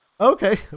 Okay